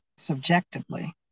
subjectively